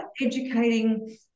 educating